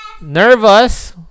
nervous